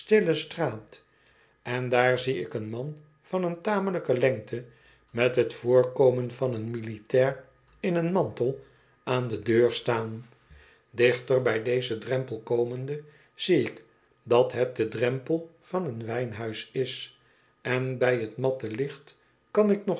straat en daar zie ik een man van een tamelijke lengte met t voorkomen van een militair in een mantel aan de deur staan dichter bij dezen drempel komende zie ik dat het de drempel van een wijnhuis is en bij t matte licht kan ik nog